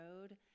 road